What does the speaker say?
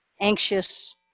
anxious